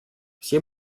все